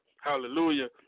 Hallelujah